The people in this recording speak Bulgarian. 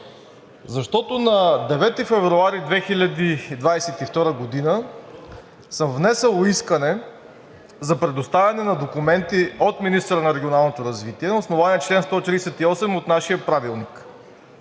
Защото на 9 февруари 2022 г. съм внесъл искане за предоставяне на документи от министъра на регионалното развитие на основание чл. 138 от нашия Правилник.